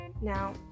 Now